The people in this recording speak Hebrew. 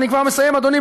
אני כבר מסיים, אדוני.